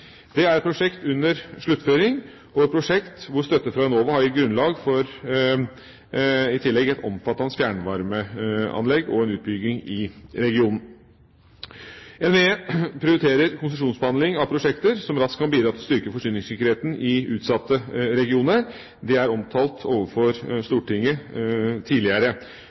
Det er et prosjekt under sluttføring, og et prosjekt der støtte fra Enova i tillegg har gitt grunnlag for et omfattende fjernvarmeanlegg og utbygging i regionen. NVE prioriterer konsesjonsbehandling av prosjekter som raskt kan bidra til å styrke forsyningssikkerheten i utsatte regioner. Det er omtalt overfor Stortinget tidligere.